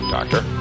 Doctor